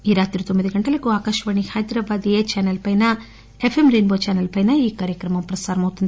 ఈ రాత్రి తొమ్మిది గంటలకు ఆకాశవాణి హైదరాబాద్ ఏ ఛాసెల్ పైన ఎఫ్ఎం రెయిన్బో ఛాసెల్సైనా ఈ కార్యక్రమం ప్రసారమవుతోంది